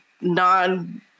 non